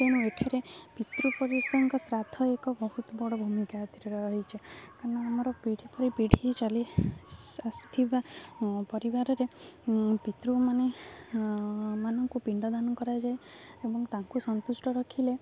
ତେଣୁ ଏଠାରେ ପିତୃ ପୁରୁଷଙ୍କ ଶ୍ରାଦ୍ଧ ଏକ ବହୁତ ବଡ଼ ଭୂମିକା ଏଥିରେ ରହିଚ କାରଣ ଆମର ପିଢ଼ି ପରେ ପିଢ଼ୀ ଚଲି ଆସିଥିବା ପରିବାରରେ ପିତୃମାନେ ମାନଙ୍କୁ ପିଣ୍ଡଦାନ କରାଯାଏ ଏବଂ ତାଙ୍କୁ ସନ୍ତୁଷ୍ଟ ରଖିଲେ